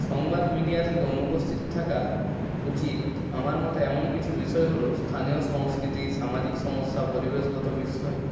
সংবাদ মিডিয়া থেকে অনুপস্থিত থাকা উচিত আমার মতে এমন কিছু বিষয় হলো স্থানীয় সংস্কৃতি সামাজিক সমস্যা পরিবেশগত বিষয়